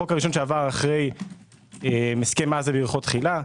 הראשון שעבר אחרי הסכם עזה ויריחו תחילה,